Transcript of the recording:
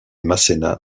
masséna